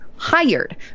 hired